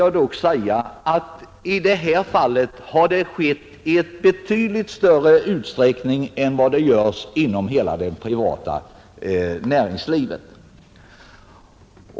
I detta fall har dock de företagsdemokratiska kraven tillgodosetts i betydligt större utsträckning än som brukar ske i hela det privata näringslivet.